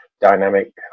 dynamic